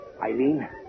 Eileen